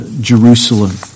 Jerusalem